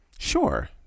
Sure